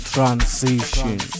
Transition